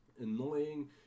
annoying